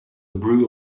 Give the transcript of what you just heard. brew